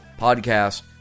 podcast